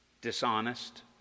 dishonest